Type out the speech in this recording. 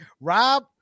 Rob